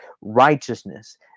righteousness